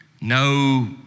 no